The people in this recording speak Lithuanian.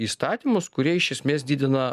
įstatymus kurie iš esmės didina